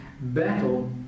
battle